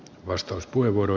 arvoisa puhemies